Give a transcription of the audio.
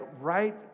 right